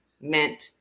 meant